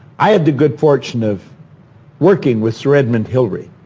i had the good fortune of working with sir edmund hillary.